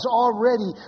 already